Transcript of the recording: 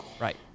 Right